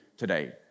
Today